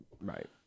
Right